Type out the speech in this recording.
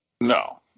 No